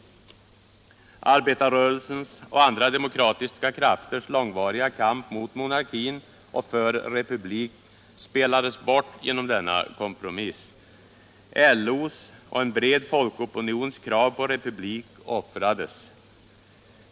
Arbetarrörelsens och andra demokratiska krafters långvariga kamp mot monarkin och för republik spelades bort genom denna kompromiss. LO:s och en bred folkopinions krav på republik offrades.